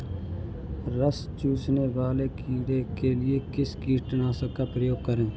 रस चूसने वाले कीड़े के लिए किस कीटनाशक का प्रयोग करें?